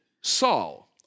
Saul